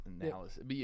analysis